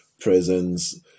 presence